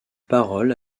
parole